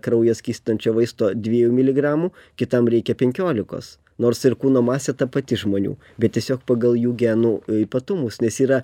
kraują skystinančio vaisto dviejų miligramų kitam reikia penkiolikos nors ir kūno masė ta pati žmonių bet tiesiog pagal jų genų ypatumus nes yra